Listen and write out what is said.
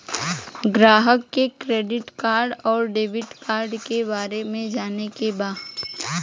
ग्राहक के credit card और डेविड कार्ड के बारे में जाने के बा?